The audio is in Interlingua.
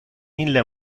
ille